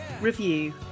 review